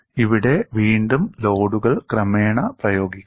ഇവിടെ വീണ്ടും ലോഡുകൾ ക്രമേണ പ്രയോഗിക്കുന്നു